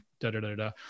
da-da-da-da